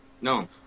No